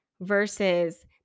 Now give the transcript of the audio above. versus